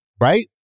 Right